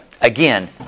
Again